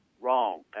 Wrong